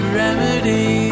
remedy